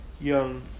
young